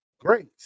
Great